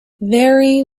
very